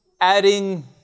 adding